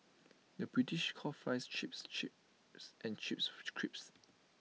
the British calls Fries Chips chips and chips crips